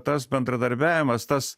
tas bendradarbiavimas tas